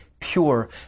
pure